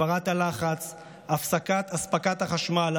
רק הגברת הלחץ והפסקת אספקת החשמל,